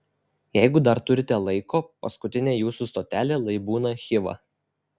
jeigu dar turite laiko paskutinė jūsų stotelė lai būna chiva